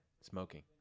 smoking